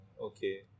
Okay